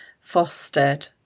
fostered